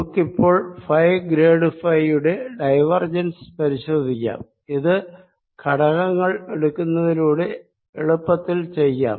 നമുക്കിപ്പോൾ phi grad phi യുടെ divergence പരിശോധിക്കാം ഇത് ഘടകങ്ങൾ എടുക്കുന്നതിലൂടെ എളുപ്പത്തിൽ ചെയ്യാം